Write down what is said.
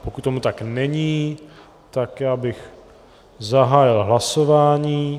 Pokud tomu tak není, tak bych zahájil hlasování.